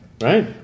Right